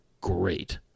great